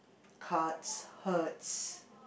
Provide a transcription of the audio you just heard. hearts hurts